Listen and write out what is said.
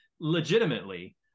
legitimately